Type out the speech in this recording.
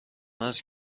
است